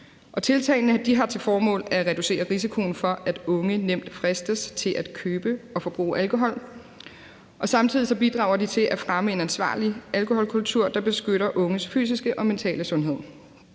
Tiltagene har til formål at reducere risikoen for, at unge nemt fristes til at købe og forbruge alkohol. Samtidig bidrager de til at fremme en ansvarlig alkoholkultur, der beskytter unges fysiske og mentale sundhed.